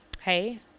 Hey